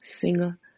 singer